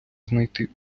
знайти